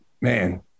man